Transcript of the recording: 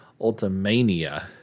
Ultimania